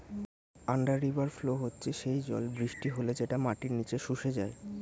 under river flow হচ্ছে সেই জল বৃষ্টি হলে যেটা মাটির নিচে শুষে যায়